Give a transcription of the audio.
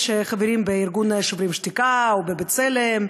שחברים בארגון "שוברים שתיקה" או ב"בצלם",